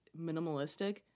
minimalistic